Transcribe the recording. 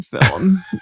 film